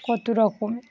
কত রকম